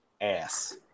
ass